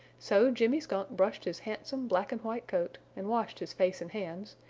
so jimmy skunk brushed his handsome black and white coat, and washed his face and hands,